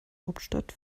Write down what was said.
hauptstadt